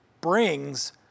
brings